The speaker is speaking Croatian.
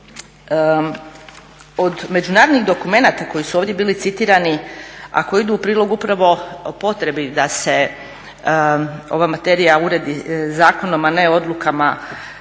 Od međunarodnih dokumenata koji su ovdje bili citirani ako idu u prilog upravo potrebi da se ova materija uredi zakonom, a ne odlukama